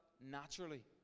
naturally